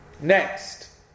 Next